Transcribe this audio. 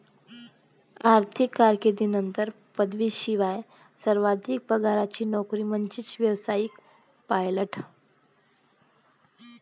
आर्थिक कारकीर्दीत पदवीशिवाय सर्वाधिक पगाराची नोकरी म्हणजे व्यावसायिक पायलट